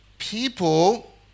People